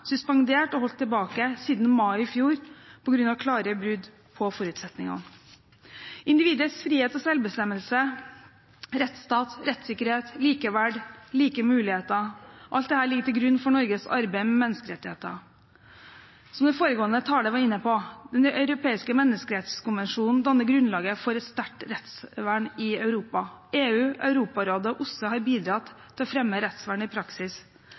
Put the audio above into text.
holdt tilbake siden mai i fjor – på grunn av klare brudd på forutsetningene. Individets frihet og selvbestemmelse, rettsstat, rettssikkerhet, likeverd, like muligheter – alt dette ligger til grunn for Norges arbeid med menneskerettigheter. Som foregående taler var inne på, Den europeiske menneskerettskonvensjon danner grunnlaget for et sterkt rettsvern i Europa. EU, Europarådet og OSSE har bidratt til å fremme rettsvernet i praksis.